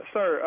Sir